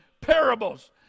parables